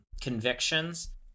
convictions